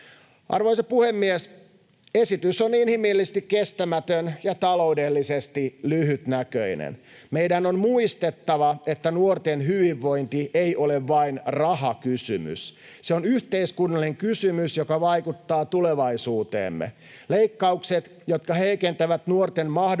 Arvoisa puhemies! Esitys on inhimillisesti kestämätön ja taloudellisesti lyhytnäköinen. Meidän on muistettava, että nuorten hyvinvointi ei ole vain rahakysymys. Se on yhteiskunnallinen kysymys, joka vaikuttaa tulevaisuuteemme. Leikkaukset, jotka heikentävät nuorten mahdollisuuksia